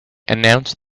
announced